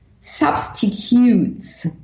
substitutes